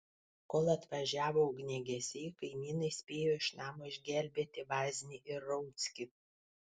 kol atvažiavo ugniagesiai kaimynai spėjo iš namo išgelbėti vaznį ir rauckį